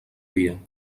dia